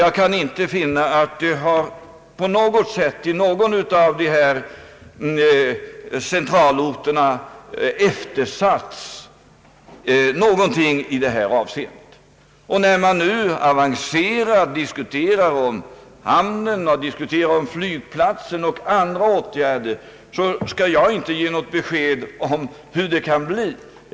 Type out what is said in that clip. Jag kan inte finna att det på något sätt i någon av dessa centralorter eftersatts någonting i detta avseende. När vi nu diskuterar frågan om hamnen och flygplatsen och andra åtgärder i Ådalen, kan jag inte ge något besked om hur det i alla avseenden kan bli.